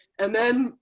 and then,